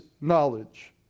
knowledge